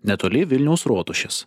netoli vilniaus rotušės